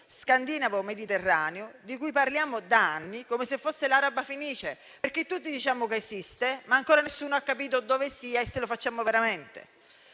scandinavo-mediterraneo di cui parliamo da anni come se fosse l'araba fenice, perché tutti diciamo che esiste, ma ancora nessuno ha capito dove sia e se lo faremo veramente.